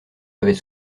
avait